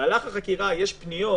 שבמהלך החקירה יש פניות